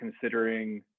considering